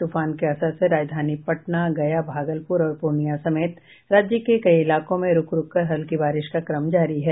तूफान के असर से राजधानी पटना गया भागलपुर और पूर्णिया समेत राज्य के कई इलाकों में रूक रूक कर हल्की बारिश का क्रम जारी है